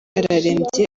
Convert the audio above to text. ararembye